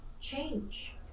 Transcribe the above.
change